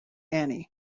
annie